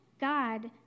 God